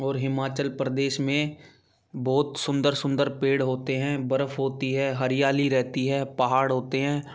और हिमाचल प्रदेश में बहुत सुंदर सुंदर पेड़ होते हैं बर्फ़ होती है हरियाली रहती है पहाड़ होते हैं